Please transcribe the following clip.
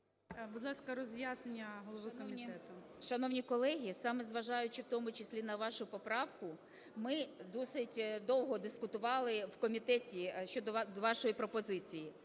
Будь ласка, роз'яснення голови комітету. 13:02:05 ЮЖАНІНА Н.П. Шановні колеги, саме зважаючи в тому числі на вашу поправку, ми досить довго дискутували в комітеті щодо вашої пропозиції.